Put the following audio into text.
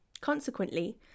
Consequently